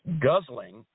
guzzling